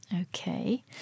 Okay